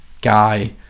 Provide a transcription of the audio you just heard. guy